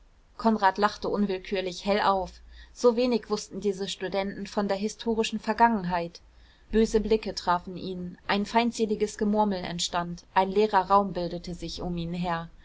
konrad lachte unwillkürlich hell auf so wenig wußten diese studenten von der historischen vergangenheit böse blicke trafen ihn ein feindseliges gemurmel entstand ein leerer raum bildete sich um ihn her